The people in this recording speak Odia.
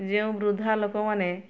ଯେଉଁ ବୃଦ୍ଧା ଲୋକମାନେ